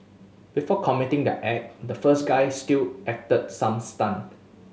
before committing their act the first guy still acted some stunt